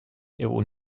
will